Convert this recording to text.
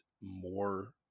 more